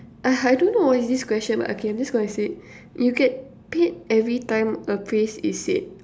I don't know what is this question but okay I'm just gonna say it you get paid every time a phrase it said